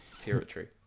territory